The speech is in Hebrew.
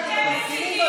אתה מסית.